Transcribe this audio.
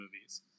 movies